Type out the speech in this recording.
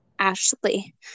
Ashley